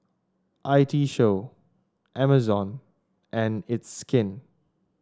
I T Show Amazon and It's Skin